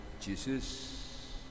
Jesus